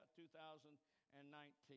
2019